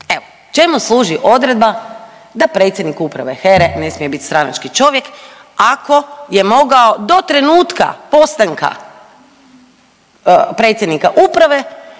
Evo, čemu služi odredba da predsjednik uprave HERE ne smije biti stranački čovjek ako je mogao do trenutka postanka predsjednika uprave